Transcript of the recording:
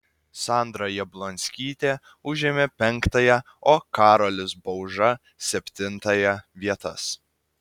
sandra jablonskytė užėmė penktąją o karolis bauža septintąją vietas